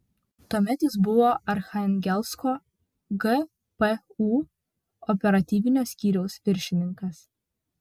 tuomet jis buvo archangelsko gpu operatyvinio skyriaus viršininkas